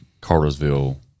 Cartersville